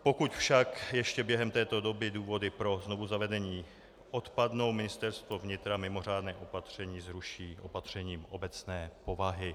Pokud však ještě během této doby důvody pro znovuzavedení odpadnou, Ministerstvo vnitra mimořádné opatření zruší opatřením obecné povahy.